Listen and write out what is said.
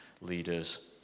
leaders